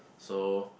so